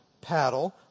paddle